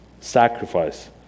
Sacrifice